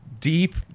Deep